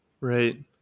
Right